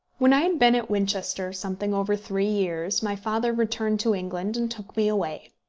when i had been at winchester something over three years, my father returned to england and took me away.